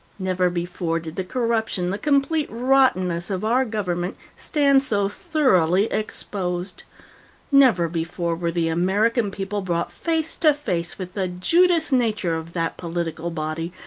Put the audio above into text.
never before did the corruption, the complete rottenness of our government stand so thoroughly exposed never before were the american people brought face to face with the judas nature of that political body,